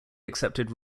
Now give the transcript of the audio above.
accepted